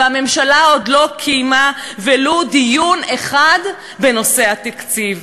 והממשלה עוד לא קיימה ולו דיון אחד בנושא התקציב.